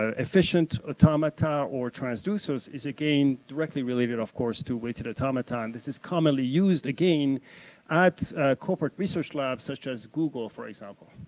ah efficient automata or transducers is a gain directly related of course, to which the automaton. this is commonly used again at corporate research labs, such as google for example.